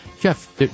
Jeff